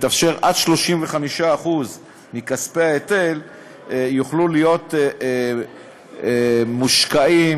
עד 35% מכספי ההיטל יוכלו להיות מושקעים